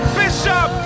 bishop